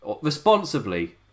responsibly